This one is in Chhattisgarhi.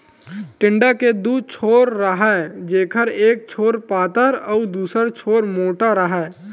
टेंड़ा के दू छोर राहय जेखर एक छोर पातर अउ दूसर छोर मोंठ राहय